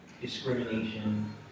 discrimination